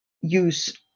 use